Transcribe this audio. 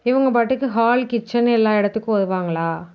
இவங்க பாட்டுக்கு hall kitchen எல்லா இடத்துக்கும் வருவாங்களா